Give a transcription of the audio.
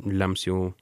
lems jau